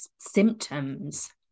symptoms